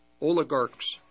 oligarchs